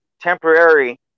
temporary